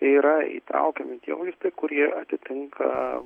yra įtraukiami tie vaistai kurie atitinka